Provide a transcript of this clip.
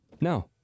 No